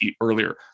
earlier